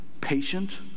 patient